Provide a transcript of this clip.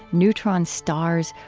neutron stars,